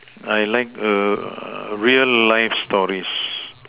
I like a real life stories